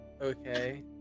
Okay